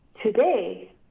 Today